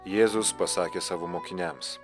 jėzus pasakė savo mokiniams